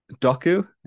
Doku